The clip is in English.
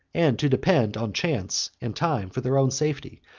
and to depend on chance and time for their own safety,